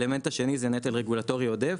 האלמנט השני הוא נטל רגולטורי עודף,